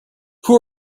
who